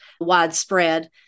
widespread